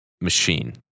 machine